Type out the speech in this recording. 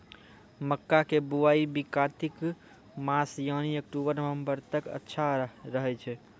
मक्का के बुआई भी कातिक मास यानी अक्टूबर नवंबर तक अच्छा रहय छै